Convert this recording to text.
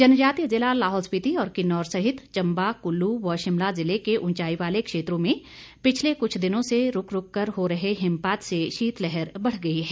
जनजातीय जिला लाहौल स्पीति और किन्नौर सहित चम्बा कुल्लू व शिमला जिले के ऊंचाई वाले क्षेत्रों में पिछले कुछ दिनों से रूक रूक कर हो रहे हिमपात से शीतलहर बढ़ गई है